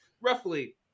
roughly